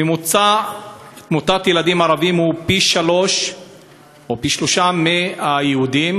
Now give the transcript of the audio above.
ממוצע תמותת ילדים ערבים הוא פי-שלושה מהיהודים,